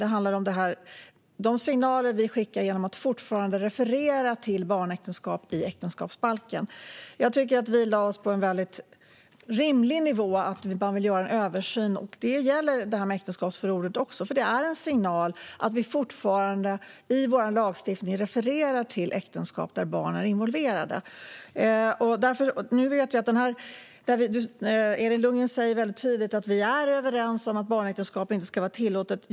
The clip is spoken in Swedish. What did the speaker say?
Det handlar om de signaler vi skickar genom att fortfarande referera till barnäktenskap i äktenskapsbalken. Jag tycker att vi lade oss på en väldigt rimlig nivå - det behöver göras en översyn. Det gäller det här med äktenskapsförordet också: att vi fortfarande i vår lagstiftning refererar till äktenskap där barn är involverade är en signal. Elin Lundgren säger väldigt tydligt att vi är överens om att barnäktenskap inte ska vara tillåtet.